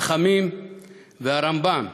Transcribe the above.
חכמים והרמב"ם,